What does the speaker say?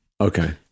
Okay